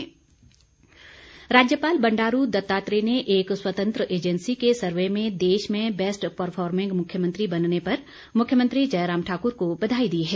बधाई राज्यपाल बंडारू दत्तात्रेय ने एक स्वतंत्र एजेंसी के सर्वे में देश में बेस्ट परफॉर्मिंग मुख्यमंत्री बनने पर मुख्यमंत्री जयराम ठाकुर को बधाई दी है